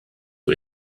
que